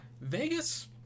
vegas